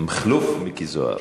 מכלוף מיקי זוהר.